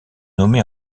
nommée